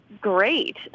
great